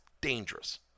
dangerous